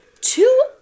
Two